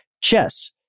Chess